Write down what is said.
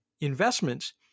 investments